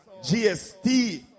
GST